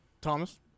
Thomas